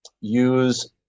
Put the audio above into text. use